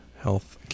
Health